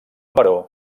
baró